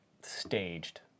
staged